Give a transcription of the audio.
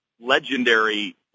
legendary